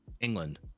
England